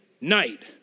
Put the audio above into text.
night